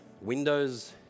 Windows